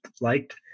liked